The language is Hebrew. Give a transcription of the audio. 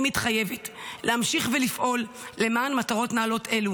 אני מתחייבת להמשיך ולפעול למען מטרות נעלות אלו,